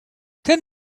ten